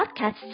podcasts